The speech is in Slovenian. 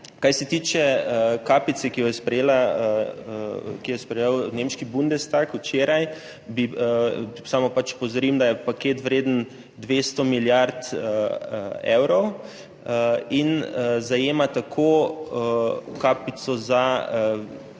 Kar se tiče kapice, ki jo je včeraj sprejel nemški Bundestag, bi samo opozoril, da je paket vreden 200 milijard evrov in zajema tako kapico za